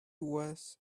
was